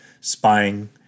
spying